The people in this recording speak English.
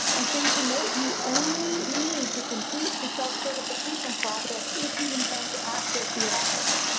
ah thing to note, you only need to complete the self certification process if you intend to access the office.